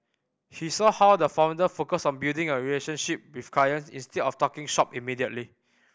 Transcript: he saw how the founder focused on building a relationship with clients instead of talking shop immediately